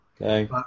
Okay